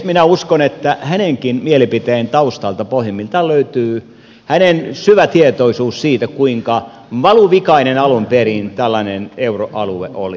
minä uskon että hänenkin mielipiteensä taustalta pohjimmiltaan löytyy hänen syvä tietoisuutensa siitä kuinka valuvikainen alun perin tällainen euroalue oli